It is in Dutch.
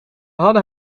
hadden